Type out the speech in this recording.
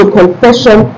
confession